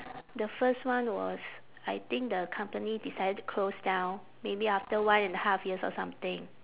the first one was I think the company decided to close down maybe after one and a half years or something